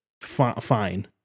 fine